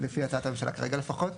לפי הצעת הממשלה כרגע לפחות.